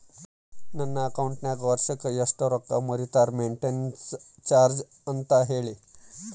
ನನ್ನ ಅಕೌಂಟಿನಾಗ ವರ್ಷಕ್ಕ ಎಷ್ಟು ರೊಕ್ಕ ಮುರಿತಾರ ಮೆಂಟೇನೆನ್ಸ್ ಚಾರ್ಜ್ ಅಂತ ಹೇಳಿ?